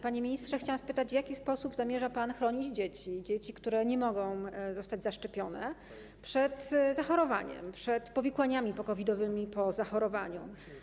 Panie ministrze, chciałam spytać, w jaki sposób zamierza pan chronić dzieci, które nie mogą zostać zaszczepione, przed zachorowaniem, przed powikłaniami po-COVID-owymi, po zachorowaniu?